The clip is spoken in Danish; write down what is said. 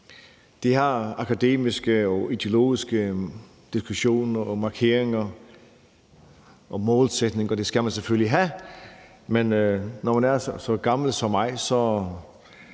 De her akademiske og ideologiske diskussioner, markeringer og målsætninger skal man selvfølgelig have, men når man er så gammel som mig,